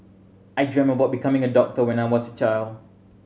I dreamt of becoming a doctor when I was a child